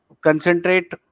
concentrate